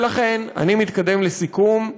ולכן, אני מתקדם לסיכום,